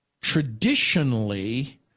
traditionally